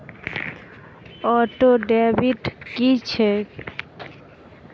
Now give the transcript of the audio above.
Auto debit की छैक?